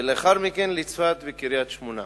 ולאחר מכן לצפת וקריית-שמונה,